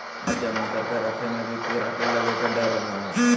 अनाज जमा करके रखय मे भी कीड़ा लगय के डर रहय हय